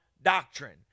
Doctrine